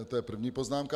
To je první poznámka.